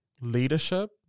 leadership